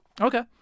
Okay